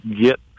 get